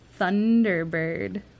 Thunderbird